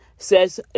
says